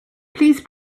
please